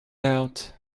out